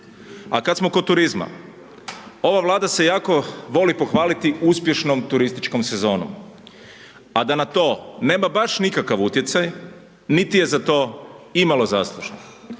A kad smo kod turizma, ova Vlada se jako voli pohvaliti uspješno turističkom sezonom a da na to nema baš nikakav utjecaj niti je za to imalo zaslužna.